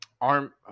arm